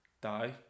die